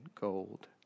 gold